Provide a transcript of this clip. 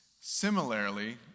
Similarly